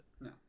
No